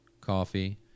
coffee